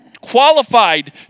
qualified